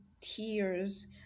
tears